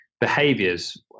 behaviors